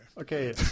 Okay